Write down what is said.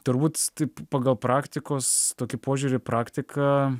turbūt taip pagal praktikos tokį požiūrį praktika